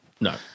No